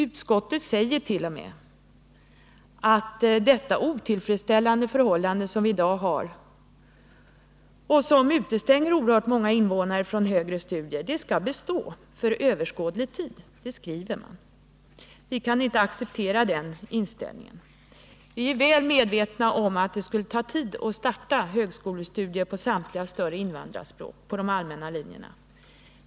Utskottet säger t.o.m. att det otillfredsställande förhållande som i dag' råder och som 139 utestänger oerhört många invandrare från högre studier skall bestå för överskådlig tid. Vi kan inte acceptera denna inställning. Vi är väl medvetna om att det skulle ta tid att starta högskolestudier på samtliga större invandrarspråk på de allmänna linjerna.